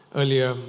earlier